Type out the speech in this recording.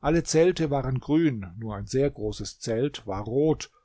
alle zelte waren grün nur ein sehr großes zelt war rot